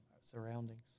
surroundings